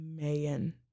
Mayan